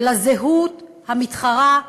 של הזהות המתחרה,